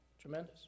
tremendous